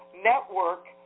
Network